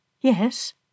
Yes